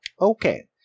Okay